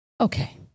Okay